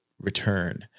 return